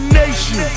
nation